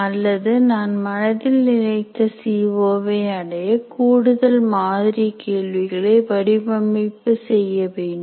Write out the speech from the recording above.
அல்லது நான் மனதில் நினைத்த சிஓ வை அடைய கூடுதல் மாதிரி கேள்விகளை வடிவமைப்பு செய்ய வேண்டும்